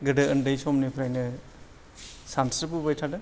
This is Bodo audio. गोदो उन्दै समनिफ्रायनो सानस्रिबोबाय थादों